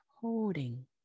holding